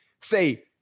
say